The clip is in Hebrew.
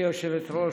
גברתי היושבת-ראש,